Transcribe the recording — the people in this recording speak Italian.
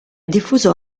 diffuso